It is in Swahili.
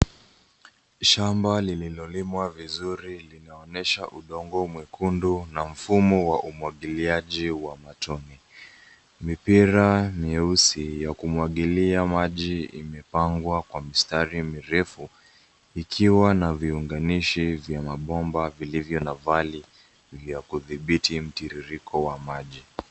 Shamba lililolimwa vizuri linaonyesha udongo mwekundu na mfumo wa umwagiliaji wa matone. Mipira mweusi ya kumwagilia maji imepangwa kwa mistari mirefu ikiwa na viunganishi vya mapomba vilivyo na valvi vya kutibiti mtiririko wa maji.